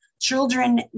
Children